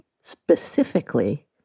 specifically